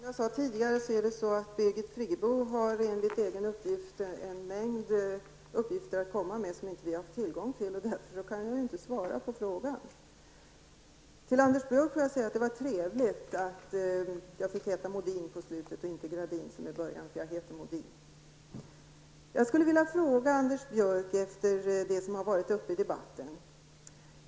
Herr talman! Som jag sade tidigare har Birgit Friggebo enligt egen uppgift en mängd saker att komma med som vi inte haft tillgång till. Därför kan jag inte svara på frågan. Efter det som varit uppe i debatten skulle jag vilja ställa några frågor till Anders Björck.